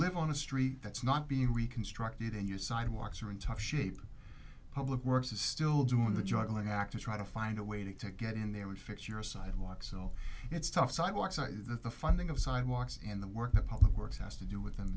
live on a street that's not being reconstructed and you sidewalks are in tough shape public works is still doing the juggling act of trying to find a way to get in there and fix your sidewalks so it's tough sidewalks the funding of sidewalks and the work the public works has to do with them